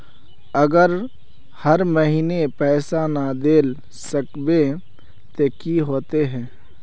अगर हर महीने पैसा ना देल सकबे ते की होते है?